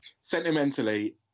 Sentimentally